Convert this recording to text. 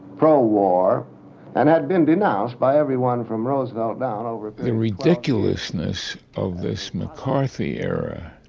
pro-war and had been denounced by everyone from roosevelt down over the ridiculousness of this mccarthy era,